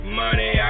money